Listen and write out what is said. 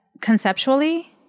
conceptually